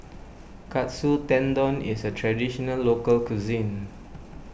Katsu Tendon is a Traditional Local Cuisine